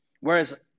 Whereas